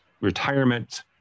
retirement